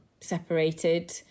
separated